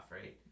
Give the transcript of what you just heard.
right